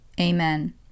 Amen